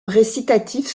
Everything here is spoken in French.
récitatifs